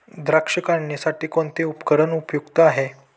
द्राक्ष काढणीसाठी कोणते उपकरण उपयुक्त आहे?